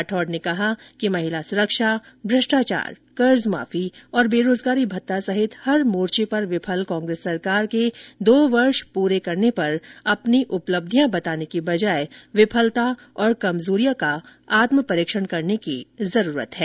राठौड़ ने कहा कि महिला सुरक्षा भ्रष्टाचार कर्जमाफी और बेरोजगारी भत्ता सहित हर मोर्चे पर विफल कांग्रेस सरकार को दो वर्ष पूर्ण करने पर अपनी उपलब्धियां बताने की बजाए विफलता और कमजोरियों का आत्म परीक्षण करने की जरूरत है